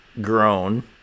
grown